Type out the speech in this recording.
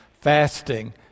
fasting